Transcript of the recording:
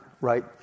right